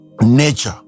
nature